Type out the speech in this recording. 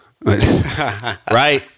Right